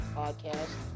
podcast